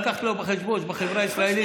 אבל צריך להביא בחשבון שבחברה הישראלית